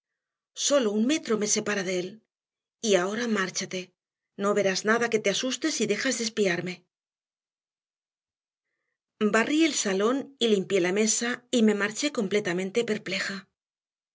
sólo un metro me separa de él y ahora márchate no verás nada que te asuste si dejas de espiarme barrí el salón y limpié la mesa y me marché completamente perpleja